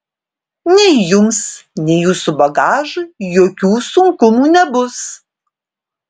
nei jums nei jūsų bagažui jokių sunkumų nebus